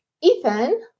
Ethan